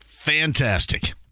Fantastic